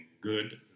good